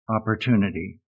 opportunity